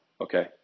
Okay